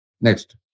Next